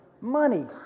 Money